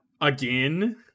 Again